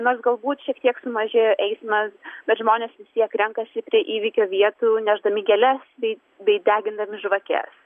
nors galbūt šiek tiek sumažėjo eismas bet žmonės vis tiek renkasi prie įvykio vietų nešdami gėles bei bei degindami žvakes